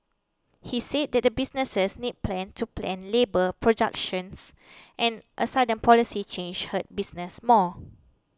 he said that the businesses need plan to plan labour productions and a sudden policy change hurt businesses more